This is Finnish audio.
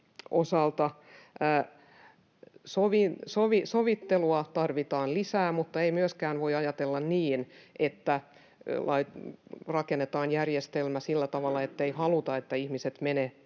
sovittelua tarvitaan lisää, mutta ei myöskään voi ajatella niin, että rakennetaan järjestelmä sillä tavalla, ettei haluta, että ihmiset menevät